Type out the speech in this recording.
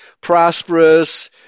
prosperous